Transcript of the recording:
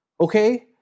okay